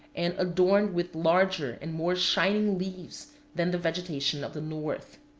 and adorned with larger and more shining leaves than the vegetation of the north.